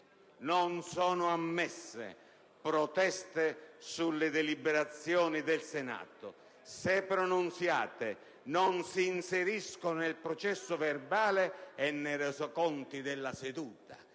«Non sono ammesse proteste sulle deliberazioni del Senato: se pronunziate, non si inseriscono nel processo verbale e nei resoconti della seduta».